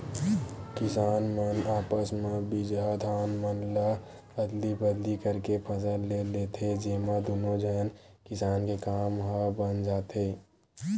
किसान मन आपस म बिजहा धान मन ल अदली बदली करके फसल ले लेथे, जेमा दुनो झन किसान के काम ह बन जाथे